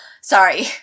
Sorry